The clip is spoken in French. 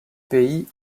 pays